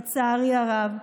לצערי הרב.